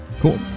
Cool